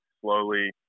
Slowly